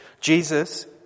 Jesus